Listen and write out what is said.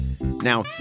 Now